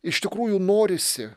iš tikrųjų norisi